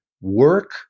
work